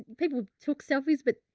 people took selfies, but